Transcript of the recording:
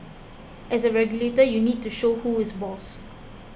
as a regulator you need to show who is boss